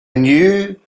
knew